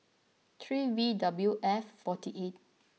three V W F forty eight